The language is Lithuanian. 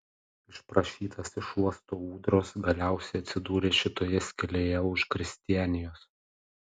išprašytas iš uosto ūdros galiausiai atsidūrė šitoje skylėje už kristianijos